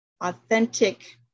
authentic